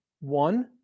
one